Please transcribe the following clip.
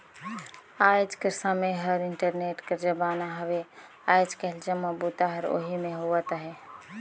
आएज कर समें हर इंटरनेट कर जमाना हवे आएज काएल जम्मो बूता हर ओही में होवत अहे